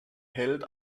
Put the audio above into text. held